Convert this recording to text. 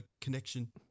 connection